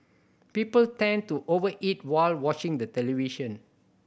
people tend to over eat while watching the television